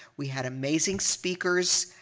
we had amazing speakers,